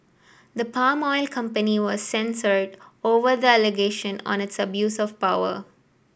the palm oil company was censured over the allegation on its abuse of power